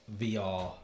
vr